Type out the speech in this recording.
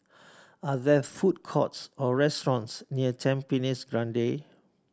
are there food courts or restaurants near Tampines Grande